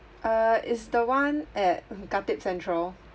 uh is the one at khatib central